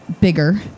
bigger